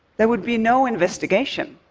there would be no investigation,